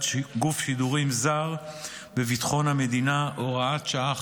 גוף שידורים זר בביטחון המדינה (הוראת שעה,